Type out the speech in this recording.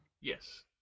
Yes